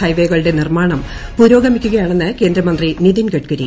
ഹൈവേകളുടെ നിർമാണം പുരോഗമിക്കുകയാണെന്ന് കേന്ദ്രമന്ത്രി നിതിൻ ഗഡ്കരി